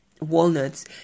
walnuts